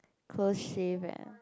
close shave eh